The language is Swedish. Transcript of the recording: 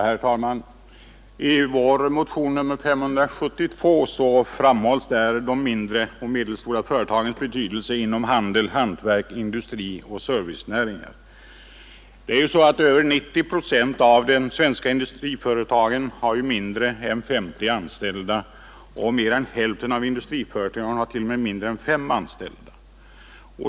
Herr talman! I vår motion nr 572 framhålls de mindre och medelstora företagens betydelse inom handel, hantverk, industri och servicenäringar. Över 90 procent av de svenska industriföretagen har mindre än 50 anställda, och mer än hälften av industriföretagen har till och med mindre än 5 anställda.